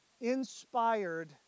inspired